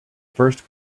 first